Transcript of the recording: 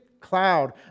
cloud